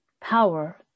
power